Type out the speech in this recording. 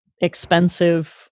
expensive